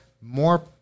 more